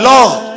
Lord